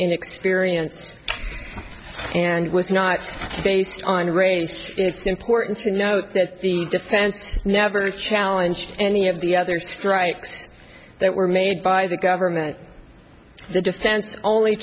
inexperience and was not based on race it's important to note that the defense never challenged any of the other strikes that were made by the government the defense only